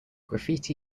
graffiti